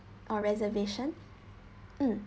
or reservation mm